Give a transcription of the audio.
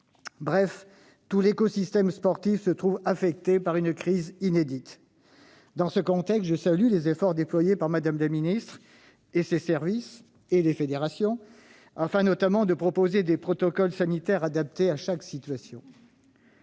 Bref, tout l'écosystème sportif se trouve affecté par une crise inédite. Dans ce contexte, je salue les efforts déployés par Mme la ministre et ses services, ainsi que par les fédérations, notamment afin de proposer des protocoles sanitaires adaptés à chaque situation.